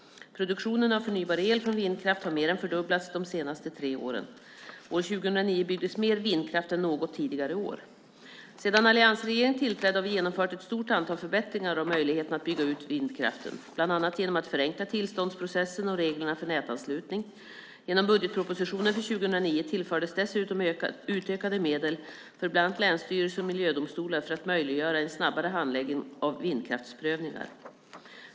Produktionen av förnybar el från vindkraft har mer än fördubblats de senaste tre åren. År 2009 byggdes mer vindkraft än något tidigare år. Sedan alliansregeringen tillträdde har vi genomfört ett stort antal förbättringar av möjligheterna att bygga ut vindkraften, bland annat genom att förenkla tillståndsprocessen och reglerna för nätanslutning. Genom budgetpropositionen för 2009 tillfördes dessutom utökade medel för bland annat länsstyrelser och miljödomstolar för att möjliggöra en snabbare handläggning av vindkraftprövningar.